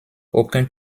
aucun